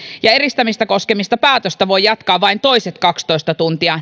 ja eristämistä koskevaa päätöstä voi jatkaa niin ikään vain toiset kaksitoista tuntia